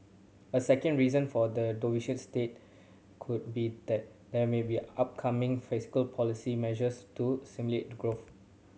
a second reason for the doveish state could be that there may be upcoming fiscal policy measures to stimulate growth